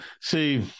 See